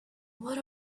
what